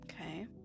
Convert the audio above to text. Okay